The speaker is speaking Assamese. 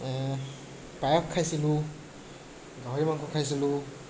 পায়স খাইছিলো গাহৰি মাংস খাইছিলো